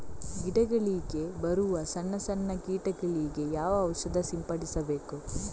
ಗಿಡಗಳಿಗೆ ಬರುವ ಸಣ್ಣ ಸಣ್ಣ ಕೀಟಗಳಿಗೆ ಯಾವ ಔಷಧ ಸಿಂಪಡಿಸಬೇಕು?